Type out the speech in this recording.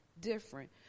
different